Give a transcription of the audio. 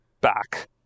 back